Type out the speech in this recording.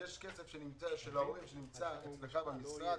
יש כסף של ההורים שנמצא אצלך במשרד,